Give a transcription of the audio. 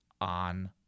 on